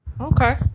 okay